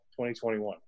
2021